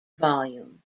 volume